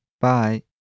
Bye